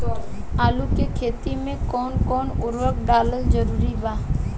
आलू के खेती मे कौन कौन उर्वरक डालल जरूरी बा?